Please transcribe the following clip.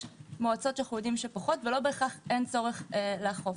יש מועדות שאנו יודעים שפחות ולא בהכרח אין צורך לאכוף.